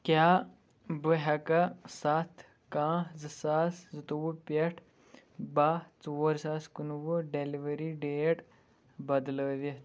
کیٛاہ بہٕ ہٮ۪کا ستھ کَہہ زٕ ساس زٕتووُہ پٮ۪ٹھ بہہ ژور زٕ ساس کُنوُہ ڈیلیوری ڈیٹ بدلٲوِتھ